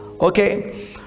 okay